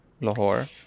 lahore